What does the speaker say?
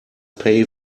pay